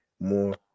more